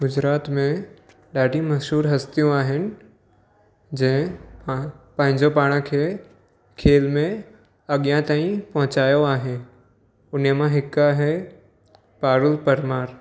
गुजरात में ॾाढी मशहूरु हस्तियूं आहिनि जंहिं हा पंहिंजो पाण खे खेल में अॻियां ताईं पहुचायो आहे हुन मां हिकु आहे पारुल परमार